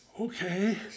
okay